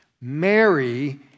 Mary